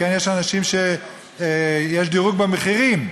יש דירוג במחירים,